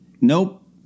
nope